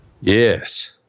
Yes